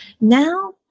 Now